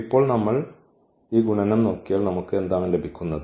ഇപ്പോൾ നമ്മൾ ഈ ഗുണനം നോക്കിയാൽ നമുക്ക് എന്താണ് ലഭിക്കുന്നത്